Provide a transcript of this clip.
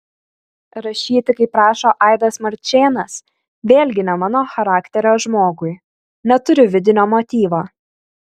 rašyti kaip rašo aidas marčėnas vėlgi ne mano charakterio žmogui neturiu vidinio motyvo